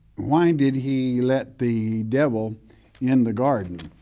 why did he let the devil in the garden?